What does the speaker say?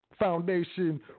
Foundation